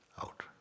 out